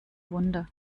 wunder